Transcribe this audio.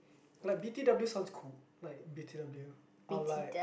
like B_T_W sounds cool like B_T_W or like